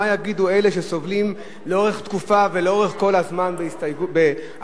מה יגידו אלה שסובלים לאורך תקופה ולאורך כל הזמן מאפליה,